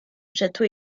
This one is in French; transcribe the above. château